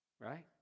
Right